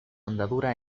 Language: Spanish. andadura